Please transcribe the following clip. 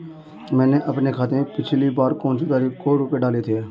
मैंने अपने खाते में पिछली बार कौनसी तारीख को रुपये डाले थे?